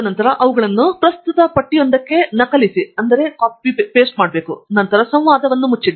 ತದನಂತರ ಅವುಗಳನ್ನು ಪ್ರಸ್ತುತ ಪಟ್ಟಿಯೊಂದಕ್ಕೆ ನಕಲಿಸಿ ಮತ್ತು ನಂತರ ಸಂವಾದವನ್ನು ಮುಚ್ಚಿ